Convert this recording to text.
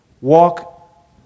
walk